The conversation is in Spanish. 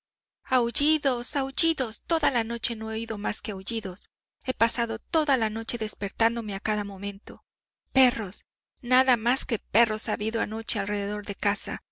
aullidos aullidos toda la noche no he oído más que aullidos he pasado toda la noche despertándome a cada momento perros nada más que perros ha habido anoche alrededor de casa